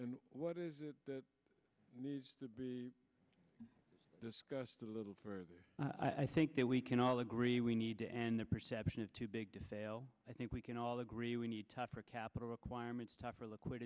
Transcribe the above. and what is it that needs to be discussed a little further i think that we can all agree we need to end the perception of too big to fail i think we can all agree we need tougher capital requirements tougher liquid